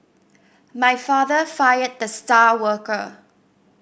my father fired the star worker